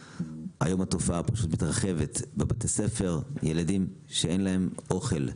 היום התופעה פשוט מתרחבת בבתי ספר ילדים מגיעים כשאין להם אוכל,